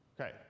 okay